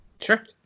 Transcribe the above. Sure